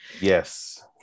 yes